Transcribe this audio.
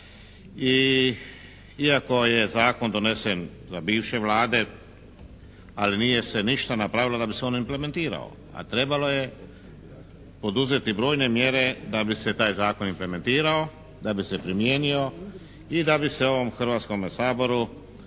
iako je zakon donesen za bivše Vlade ali nije se ništa napravilo da bi se on implementirao a trebalo je poduzeti brojne mjere da bi se taj zakon implementirao, da bi se primijenio i da bi se ovom Hrvatskome saboru